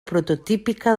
prototípica